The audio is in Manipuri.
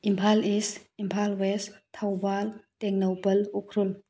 Imphal east Imphal west Thoubal Tengnoupal Ukhrul